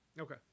Okay